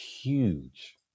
huge